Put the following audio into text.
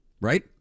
right